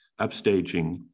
upstaging